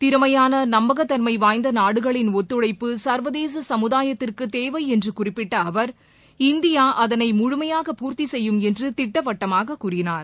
திறமையான நம்பகத் தன்மை வாய்ந்த நாடுகளின் ஒத்துழைப்பை சர்வதேச சமுதாயத்திற்கு தேவை என்று குறிப்பிட்ட அவர் இந்தியா அதனை முழுமையாக பூர்த்தி சுய்யும் என்று திட்டவட்டமாக கூறினார்